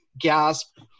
gasp